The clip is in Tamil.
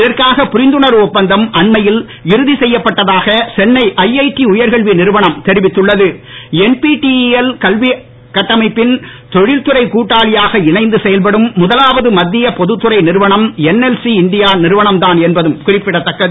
இதற்கான புரிந்துணர்வு ஒப்பந்தம் அண்மையில் இறுதி செய்யப்பட்டதாக சென்னை ஐஐடி என்பிடிஇஎல் கல்விக் கட்டமைப்பின் தொழில்துறைக் கூட்டாளியாக இணைந்து செயல்படும் முதலாவது மத்திய பொதுத்துறை நிறுவனம் என்எல்சி இண்டியா நிறுவனம்தான் என்பதும் குறிப்பிடத்தக்கது